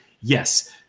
yes